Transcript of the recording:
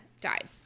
died